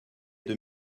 deux